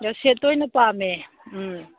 ꯑꯣ ꯁꯦꯠꯇ ꯑꯣꯏꯅ ꯄꯥꯝꯃꯦ ꯎꯝ